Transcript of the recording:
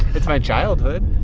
it's my childhood